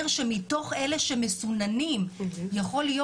וזה אומר שמתוך אלה שמסוננים יכול להיות